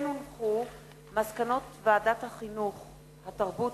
מסקנות ועדת החינוך, התרבות